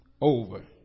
over